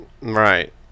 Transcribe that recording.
Right